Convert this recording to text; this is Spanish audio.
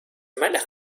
malas